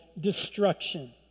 Destruction